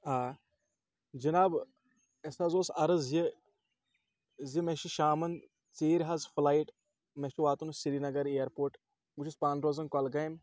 آ جِناب اَسِہ حظ اوس عرض یہِ زِ مےٚ چھِ شامَن ژیٖرۍ حظ فٕلایٹ مےٚ چھِ واتُن سرینگر اِیرپوٹ بہٕ چھُس پانہٕ روزان کۄلگامہِ